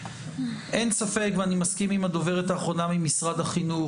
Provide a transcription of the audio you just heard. אני מסכים עם הדוברת האחרונה ממשרד החינוך,